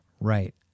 Right